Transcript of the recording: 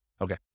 Okay